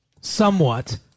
somewhat